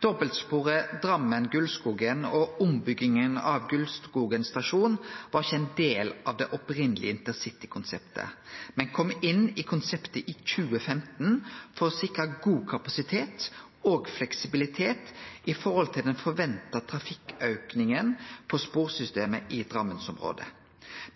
Dobbeltsporet Drammen–Gulskogen og ombygginga av Gulskogen stasjon var ikkje ein del av det opphavlege intercitykonseptet, men kom inn i konseptet i 2015 for å sikre god kapasitet og fleksibilitet med omsyn til den forventa trafikkaukinga på sporsystemet i drammensområdet.